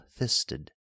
Thisted